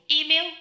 Email